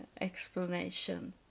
explanation